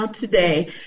today